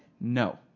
No